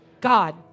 God